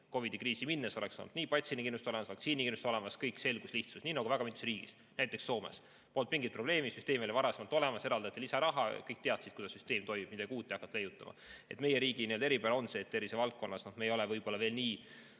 kriisi minnes oleks olnud nii patsiendikindlustus olemas, vaktsiinikindlustus olemas, kõik selge-lihtne, nii nagu väga mitmes riigis, näiteks Soomes. Seal polnud mingit probleemi, süsteem oli varasemalt olemas, eraldati lisaraha, kõik teadsid, kuidas süsteem toimib, midagi uut ei hakatud leiutama. Meie riigi eripära on see, et tervisevaldkonnas me ei ole võib‑olla veel nii